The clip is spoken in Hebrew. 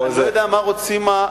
אני לא יודע מה רוצים המציגים.